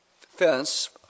defense